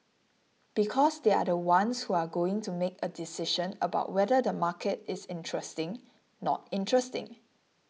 because they are the ones who are going to make a decision about whether the market is interesting not interesting